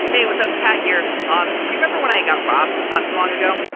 hey, what's up? it's pat here. um do you remember when i got robbed not too long ago?